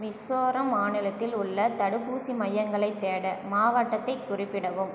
மிசோரம் மாநிலத்தில் உள்ள தடுப்பூசி மையங்களைத் தேட மாவட்டத்தைக் குறிப்பிடவும்